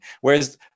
Whereas